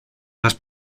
las